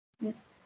Yes